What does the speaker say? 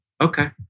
Okay